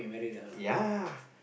ya